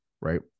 right